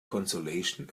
consolation